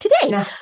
today